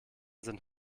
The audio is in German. sind